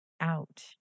out